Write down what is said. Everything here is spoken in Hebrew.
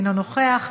אינו נוכח,